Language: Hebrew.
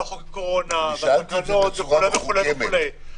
חוק הקורונה ועל התקנות וכו' וכו' וכו'.